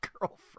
girlfriend